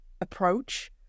approach